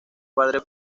padre